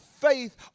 faith